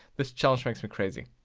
this challenge makes me crazy.